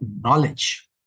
knowledge